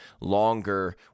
longer